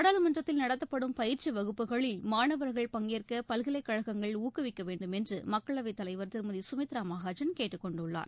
நாடாளுமன்றத்தில் நடத்தப்படும் பயிற்சிவகுப்புகளில் மாணவர்கள் பங்கேற்கபல்கலைக் கழகங்கள் ஊக்குவிக்கவேண்டும் என்றுமக்களவைத் தலைவர் திருமதிசுமித்ராமகாஜன் கேட்டுக் கொண்டுள்ளார்